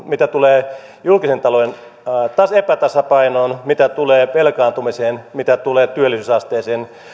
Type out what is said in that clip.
mitä tulee julkisen talouden epätasapainoon mitä tulee velkaantumiseen mitä tulee työllisyysasteeseen